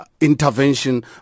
intervention